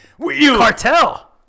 Cartel